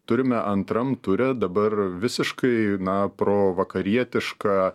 turime antram ture dabar visiškai na provakarietišką